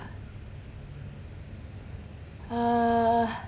uh